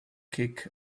kick